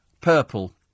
purple